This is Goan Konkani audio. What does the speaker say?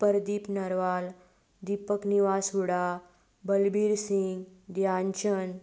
परदीप नरवाल दीपक न्युवास हुडा बलबीर सिंह ध्यानचन्द्र